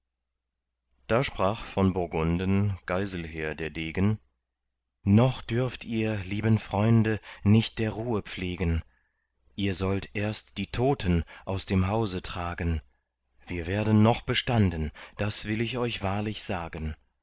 da sprach von burgunden geiselher der degen noch dürft ihr lieben freunde nicht der ruhe pflegen ihr sollt erst die toten aus dem hause tragen wir werden noch bestanden das will ich wahrlich euch sagen